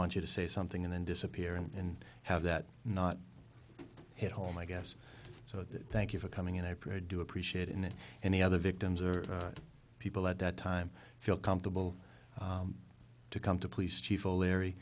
want you to say something and then disappear and have that not it home i guess so thank you for coming and i pray do appreciate in any other victims or people at that time feel comfortable to come to police chief o'leary